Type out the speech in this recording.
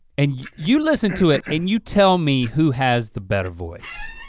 and you listen to it and you tell me who has the better voice.